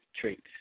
traits